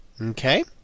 Okay